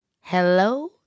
hello